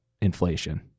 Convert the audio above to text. inflation